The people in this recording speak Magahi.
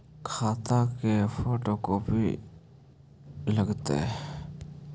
खाता के फोटो कोपी लगहै?